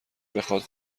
بخاد